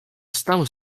stał